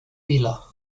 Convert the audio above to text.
vila